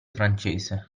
francese